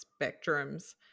spectrums